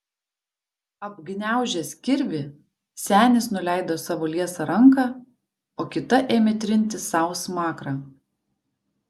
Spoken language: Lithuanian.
apgniaužęs kirvį senis nuleido savo liesą ranką o kita ėmė trinti sau smakrą